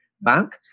bank